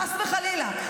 חס וחלילה,